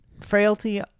frailty